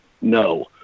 no